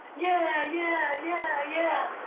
yeah! yeah! and yeah! yeah!